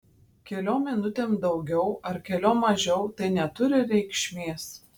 keliom minutėm daugiau ar keliom mažiau tai neturi reikšmės